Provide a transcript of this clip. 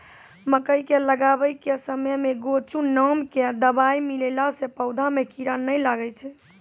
मकई के लगाबै के समय मे गोचु नाम के दवाई मिलैला से पौधा मे कीड़ा नैय लागै छै?